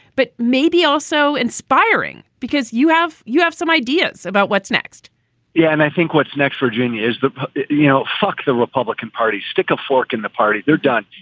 but maybe also inspiring because you have you have some ideas about what's next yeah, and i think what's next, virginia is the you know, fuck the republican party, stick a fork in the party. they're done.